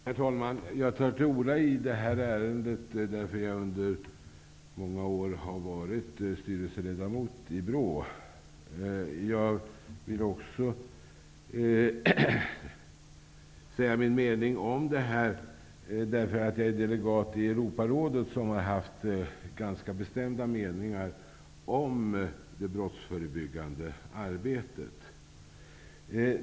Herr talman! Jag tar till orda i det här ärendet därför att jag under många år har varit styrelseledamot i BRÅ. Jag vill också säga min mening om det därför att jag är delegat i Europarådet, som har haft ganska bestämda meningar om det brottsförebyggande arbetet.